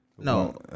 No